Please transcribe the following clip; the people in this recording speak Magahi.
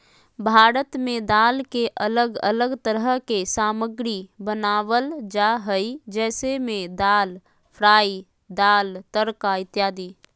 भारत में दाल के अलग अलग तरह के सामग्री बनावल जा हइ जैसे में दाल फ्राई, दाल तड़का इत्यादि